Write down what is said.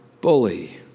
bully